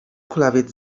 kulawiec